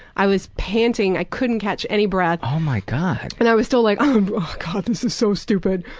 i was panting, i couldn't catch any breath. oh my god. and i was still like, oh god, this is so stupid.